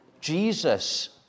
Jesus